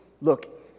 Look